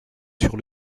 sur